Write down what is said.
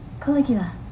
Caligula